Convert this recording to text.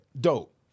dope